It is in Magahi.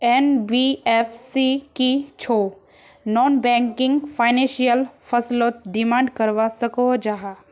एन.बी.एफ.सी की छौ नॉन बैंकिंग फाइनेंशियल फसलोत डिमांड करवा सकोहो जाहा?